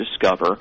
discover